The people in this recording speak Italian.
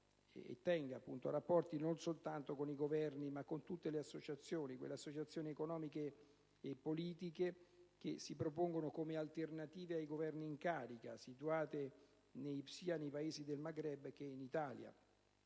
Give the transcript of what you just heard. tenga rapporti non soltanto con i Governi ma anche con tutte le associazioni: quelle associazioni economiche e politiche che si propongono come alternative dei Governi in carica, situate sia nei Paesi del Maghreb che in Italia.